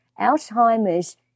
Alzheimer's